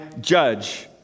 judge